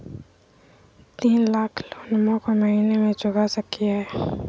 तीन लाख लोनमा को महीना मे चुका सकी हय?